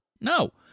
no